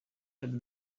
had